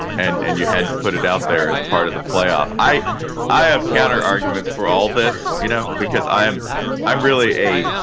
and and you had to put it out there as part of the playoff. i i have counter arguments for all this, you know, because i'm i'm really a.